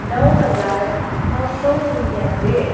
नौ हजार नौ सय निनानब्बे